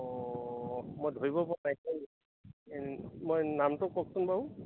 অঁ মই ধৰিব পৰা নাই মই নামটো কওকচোন বাৰু